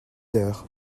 heures